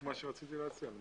רציתי להציע את זה.